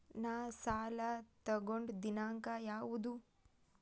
ನಾ ಸಾಲ ತಗೊಂಡು ದಿನಾಂಕ ಯಾವುದು?